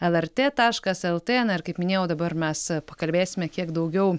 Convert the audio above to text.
lrt taškas lt na ir kaip minėjau dabar mes pakalbėsime kiek daugiau